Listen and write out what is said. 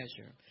measure